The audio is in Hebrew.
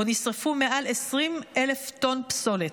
שבו נשרפו מעל 20,000 טון פסולת.